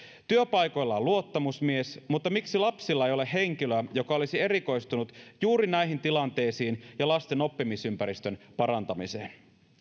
työpaikoilla on luottamusmies mutta miksi lapsilla ei ole henkilöä joka olisi erikoistunut juuri näihin tilanteisiin ja lasten oppimisympäristön parantamiseen